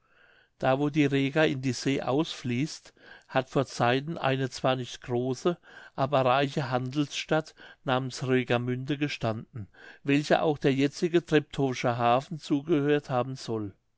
da wo die rega in die see ausfließt hat vor zeiten eine zwar nicht große aber reiche handelsstadt namens regamünde gestanden welcher auch der jetzige treptowsche hafen zugehört haben soll